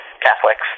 catholics